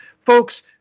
folks